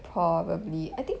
probably I think